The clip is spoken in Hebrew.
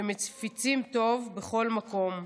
שמפיצים טוב בכל מקום.